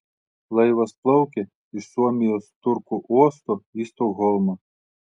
laivas plaukė iš suomijos turku uosto į stokholmą